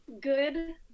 good